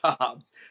jobs